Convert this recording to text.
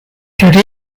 today